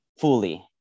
fully